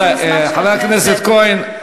אין בעיה, בסך הכול יש לנו שלוש דקות.